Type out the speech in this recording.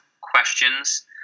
questions